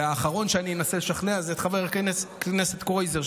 והאחרון שאני אנסה לשכנע זה חבר הכנסת קרויזר,